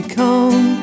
come